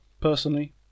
personally